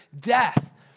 death